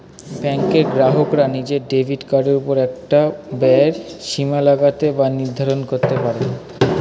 ব্যাঙ্কের গ্রাহকরা নিজের ডেবিট কার্ডের ওপর একটা ব্যয়ের সীমা লাগাতে বা নির্ধারণ করতে পারে